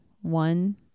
one